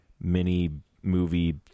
mini-movie